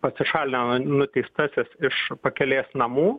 pasišalino nuteistasis iš pakelės namų